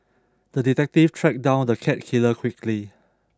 the detective tracked down the cat killer quickly